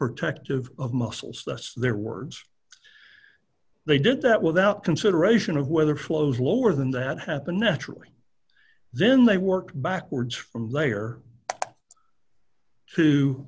protective of muscles thus their words they did that without consideration of whether flows lower than that happen naturally then they work backwards from layer to